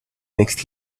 next